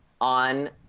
on